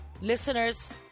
Listeners